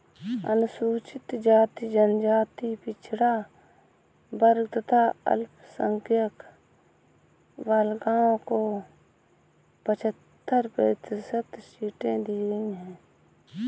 अनुसूचित जाति, जनजाति, पिछड़ा वर्ग तथा अल्पसंख्यक बालिकाओं को पचहत्तर प्रतिशत सीटें दी गईं है